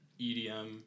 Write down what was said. EDM